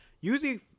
usually